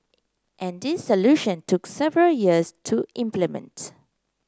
and this solution took several years to implement